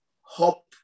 hope